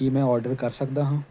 ਕੀ ਮੈਂ ਆਰਡਰ ਕਰ ਸਕਦਾ ਹਾਂ